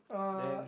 uh